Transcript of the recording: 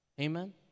Amen